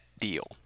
deal